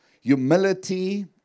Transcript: Humility